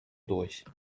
durch